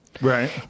Right